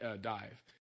dive